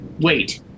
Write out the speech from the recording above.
Wait